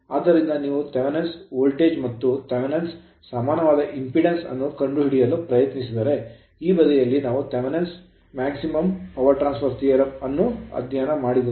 ಆದ್ದರಿಂದ ನೀವು Thevenin's Thevenin voltage ಮತ್ತು Thevenin's ಥೆವೆನಿನ ಸಮಾನ ವಾದ impedance ಇಂಪೆಡಾನ್ಸ್ ಅನ್ನು ಕಂಡುಹಿಡಿಯಲು ಪ್ರಯತ್ನಿಸಿದರೆ ಈ ಬದಿಯಲ್ಲಿ ನಾವು Thevenin's ಥೆವೆನಿನ ಮತ್ತು maximum power transfer ಗರಿಷ್ಠ ವಿದ್ಯುತ್ ವರ್ಗಾವಣೆ theorem ಥಿಯೋರೆಮ್ ಅನ್ನು ಅಧ್ಯಯನ ಮಾಡಿದಂತೆ